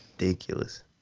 Ridiculous